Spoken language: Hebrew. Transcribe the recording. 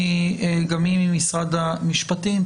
גם היא ממשרד המשפטים.